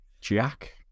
Jack